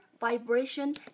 vibration